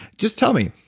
just tell me.